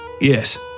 Yes